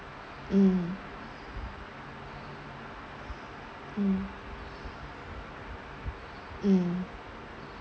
mm mm mm